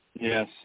Yes